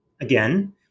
again